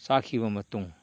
ꯆꯥꯈꯤꯕ ꯃꯇꯨꯡ